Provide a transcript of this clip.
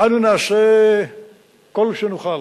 אנו נעשה כל שנוכל